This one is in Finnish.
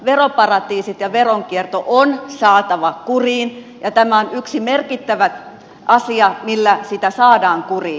veroparatiisit ja veronkierto on saatava kuriin ja tämä on yksi merkittävä asia millä niitä saadaan kuriin